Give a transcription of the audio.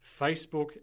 Facebook